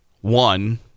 One